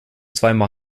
zweimal